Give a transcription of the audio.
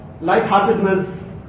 lightheartedness